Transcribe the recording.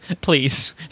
Please